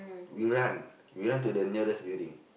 we run we run to the nearest building